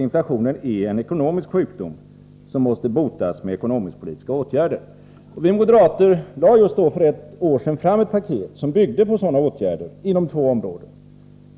Inflationen är en ekonomisk sjukdom, som måste botas med ekonomisk-politiska åtgärder. Vi moderater lade för ett år sedan fram ett program som bygger på sådana åtgärder på främst två områden.